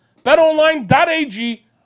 BetOnline.ag